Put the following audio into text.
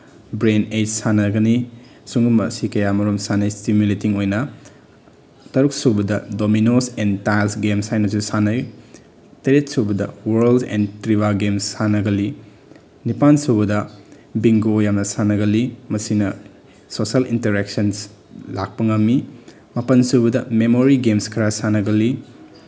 brain ꯑꯦꯁ ꯁꯥꯟꯅꯒꯅꯤ ꯁꯤꯒꯨꯝꯕ ꯑꯁꯤ ꯀꯌꯥꯃꯔꯨꯝ ꯁꯥꯟꯅꯩ ꯆꯤꯃꯤꯂꯤꯇꯤꯡ ꯑꯣꯏꯅ ꯇꯔꯨꯛꯁꯨꯕꯗ ꯗꯣꯃꯤꯅꯣꯁ ꯑꯦꯟ ꯇꯥꯏꯜꯁ ꯒꯦꯝꯁ ꯍꯥꯏꯅꯁꯨ ꯁꯥꯟꯅꯩ ꯇꯔꯦꯠꯁꯨꯕꯗ ꯋꯔꯜ ꯑꯦꯟ ꯇ꯭ꯔꯤꯚꯥ ꯒꯦꯝꯁ ꯁꯥꯟꯅꯒꯜꯂꯤ ꯅꯤꯄꯥꯜꯁꯨꯕꯗ ꯕꯤꯡꯒꯣ ꯌꯥꯝꯅ ꯁꯥꯟꯅꯒꯜꯂꯤ ꯃꯁꯤꯅ ꯁꯣꯁꯦꯜ ꯏꯟꯇꯔꯦꯛꯁꯟꯁ ꯂꯥꯛꯄ ꯉꯝꯃꯤ ꯃꯥꯄꯜ ꯁꯨꯕꯗ ꯃꯦꯃꯣꯔꯤ ꯒꯦꯝꯁ ꯈꯔ ꯁꯥꯟꯅꯒꯜꯂꯤ